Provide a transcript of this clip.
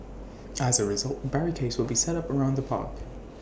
as A result barricades will be set up around the park